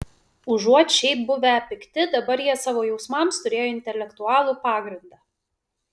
užuot šiaip buvę pikti dabar jie savo jausmams turėjo intelektualų pagrindą